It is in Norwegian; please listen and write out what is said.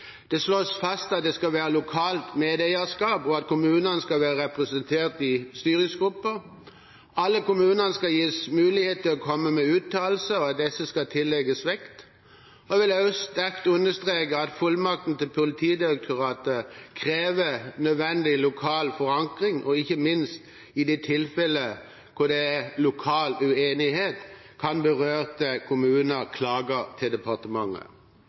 Det slås fast at det skal være lokalt medeierskap, og at kommunene skal være representert i styringsgrupper. Alle kommuner skal gis mulighet til å komme med uttalelser, og disse skal tillegges vekt. Jeg vil også sterkt understreke at fullmakten til Politidirektoratet krever nødvendig lokal forankring, og ikke minst i de tilfellene hvor det er lokal uenighet, kan de berørte kommuner klage til departementet.